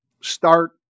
Start